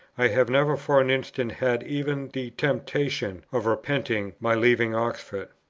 i have never for an instant had even the temptation of repenting my leaving oxford.